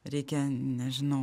reikia nežinau